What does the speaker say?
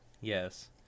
Yes